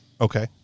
Okay